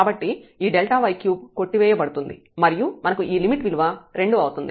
కాబట్టి ఈ Δy3కొట్టివేయబడుతుంది మరియు మనకు ఈ లిమిట్ విలువ 2 అవుతుంది